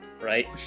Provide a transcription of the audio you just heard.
right